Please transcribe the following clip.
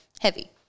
heavy